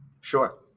sure